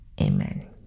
amen